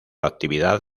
actividad